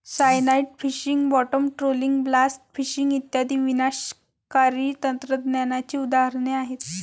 cyanide fishing, bottom trawling, blast fishing इत्यादी विनाशकारी तंत्रज्ञानाची उदाहरणे आहेत